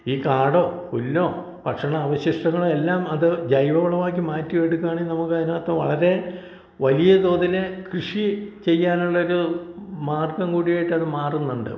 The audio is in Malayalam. ഈ കാടോ പുല്ലോ ഭക്ഷണ അവശിഷ്ടങ്ങളോ എല്ലാം അത് ജൈവവളം ആക്കി മാറ്റിയെടുക്കുവാണേൽ നമുക്ക് അതിനകത്ത് വളരെ വലിയ തോതിൽ കൃഷി ചെയ്യാനുള്ളൊരു മാർഗം കൂടിയായിട്ടത് മാറുന്നുണ്ട്